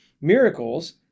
Miracles